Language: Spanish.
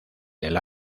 del